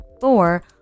four